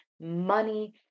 money